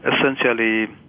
essentially